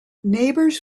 neighbors